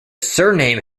surname